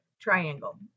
triangle